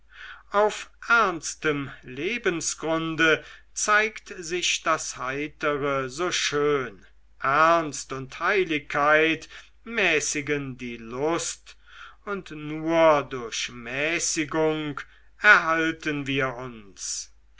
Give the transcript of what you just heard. auf ernstem lebensgrunde zeigt sich das heitere so schön ernst und heiligkeit mäßigen die lust und nur durch mäßigung erhalten wir uns